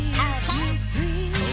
Okay